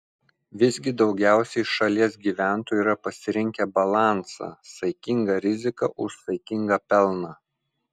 visgi daugiausiai šalies gyventojų yra pasirinkę balansą saikinga rizika už saikingą pelną